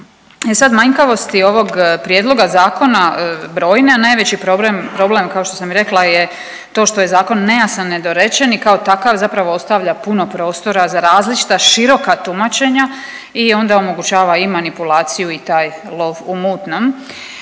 sad, manjkavosti ovog prijedloga zakona su brojne, a najveći problem, problem kao što sam i rekla je to što je zakon nejasan i nedorečen i kao takav zapravo ostavlja puno prostora za različita široka tumačenja i onda omogućava i manipulaciju i taj lov u mutnom.